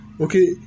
Okay